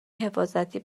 حفاظتی